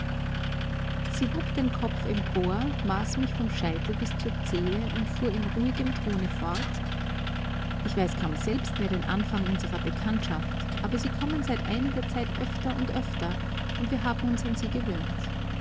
sie hob den kopf empor maß mich vom scheitel bis zur zehe und fuhr in ruhigem tone fort ich weiß kaum selbst mehr den anfang unserer bekanntschaft aber sie kommen seit einiger zeit öfter und öfter und wir haben uns an sie gewöhnt